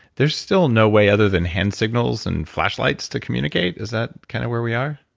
there's still no way, other than hand signals and flashlights, to communicate? is that kind of where we are?